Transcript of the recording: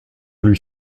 lui